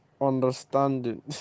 understanding